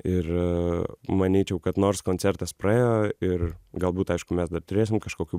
ir manyčiau kad nors koncertas praėjo ir galbūt aišku mes dar turėsim kažkokių